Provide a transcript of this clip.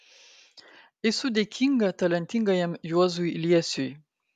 esu dėkinga talentingajam juozui liesiui